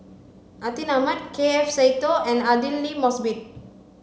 Atin Amat K F Seetoh and Aidli Mosbit